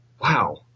wow